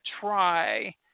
try